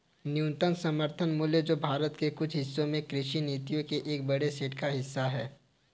न्यूनतम समर्थन मूल्य जो भारत के कुछ हिस्सों में कृषि नीतियों के एक बड़े सेट का हिस्सा है